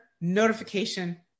notification